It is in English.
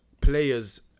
players